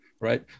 right